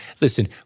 listen